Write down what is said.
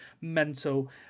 mental